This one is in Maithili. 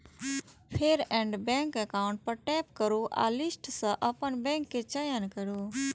फेर एड बैंक एकाउंट पर टैप करू आ लिस्ट सं अपन बैंक के चयन करू